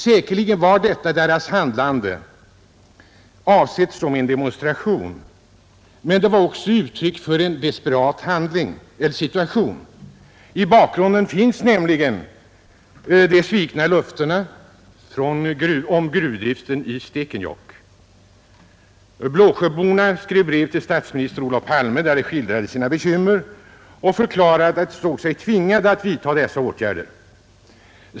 Detta handlande var säkerligen avsett som en demonstration, men det var också ett desperat uttryck för människornas svåra situation. I bakgrunden finns nämligen de svikna löftena om gruvdriften i Stekenjokk. Blåsjöborna skrev till statsminister Olof Palme och skildrade sina bekymmer samt förklarade att de ansåg sig tvingade att vidta dessa åtgärder.